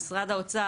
משרד האוצר,